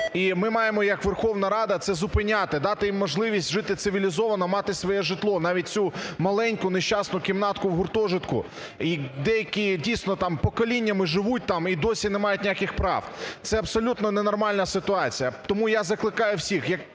І ми маємо як Верховна Рада це зупиняти, дати їм можливість жити цивілізовано, мати своє житло, навіть цю маленьку нещасну кімнатку в гуртожитку. І деякі дійсно там поколіннями живуть там і досі не мають ніяких прав. Це абсолютно ненормальна ситуація. Тому я закликаю всіх